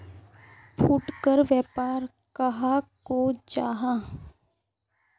फुटकर व्यापार कहाक को जाहा?